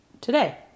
today